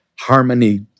harmony